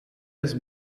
des